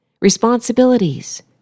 Responsibilities